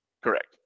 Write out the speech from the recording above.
Correct